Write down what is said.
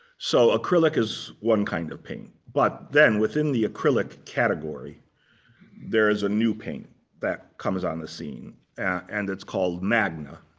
so acrylic is one kind of pain, but then within the acrylic category there is a new pain that comes on the scene and it's called magna